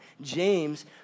James